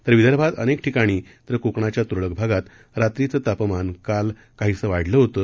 तर विदर्भात अनेक ठिकाणी तर कोकणाच्या तुरळक भागात रात्रीचं तापमान काल काहीसं वाढलं होतं